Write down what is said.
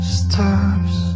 stops